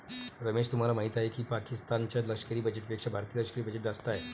रमेश तुम्हाला माहिती आहे की पाकिस्तान च्या लष्करी बजेटपेक्षा भारतीय लष्करी बजेट जास्त आहे